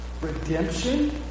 redemption